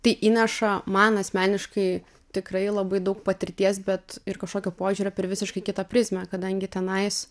tai įneša man asmeniškai tikrai labai daug patirties bet ir kažkokio požiūrio per visiškai kitą prizmę kadangi tenais